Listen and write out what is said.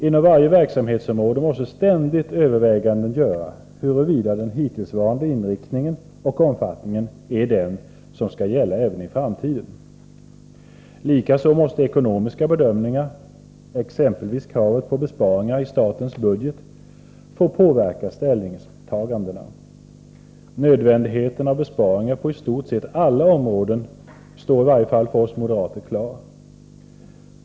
Inom varje verksamhetsområde måste ständigt överväganden göras huruvida den hittillsvarande inriktningen och omfattningen är den som skall gälla även i framtiden. Likaså måste ekonomiska bedömningar — exempelvis krav på besparingar i statens budget — få påverka ställningstagandena. Nödvändigheten av besparingar på i stort sett alla områden står i varje fall för oss moderater klar.